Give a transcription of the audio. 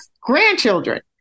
grandchildren